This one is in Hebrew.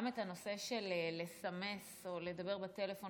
גם את הנושא של לסמס או לדבר בטלפון